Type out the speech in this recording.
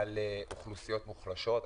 על אוכלוסיות מוחלשות,